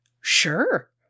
Sure